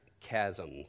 chasm